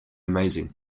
amazing